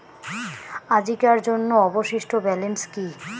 আজিকার জন্য অবশিষ্ট ব্যালেন্স কি?